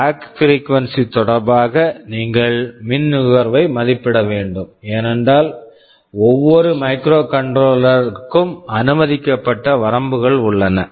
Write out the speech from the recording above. எனவே clock frequency clock frequency தொடர்பாக நீங்கள் மின் நுகர்வை மதிப்பிட வேண்டும் ஏனென்றால் ஒவ்வொரு மைக்ரோகண்ட்ரோலர் microcontroller க்கும் அனுமதிக்கப்பட்ட வரம்புகள் உள்ளன